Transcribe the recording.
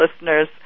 listeners